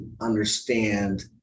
understand